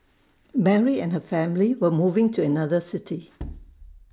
Mary and her family were moving to another city